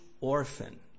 orphan